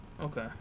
Okay